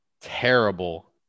terrible